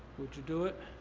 would you do it?